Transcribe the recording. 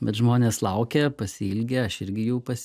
bet žmonės laukia pasiilgę aš irgi jų pas